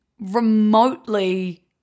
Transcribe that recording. remotely